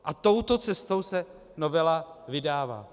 A touto cestou se novela vydává.